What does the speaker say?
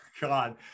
God